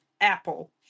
Apple